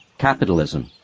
capitalism.